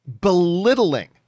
belittling